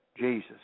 Jesus